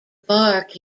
bark